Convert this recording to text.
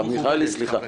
הרב מיכאלי, סליחה.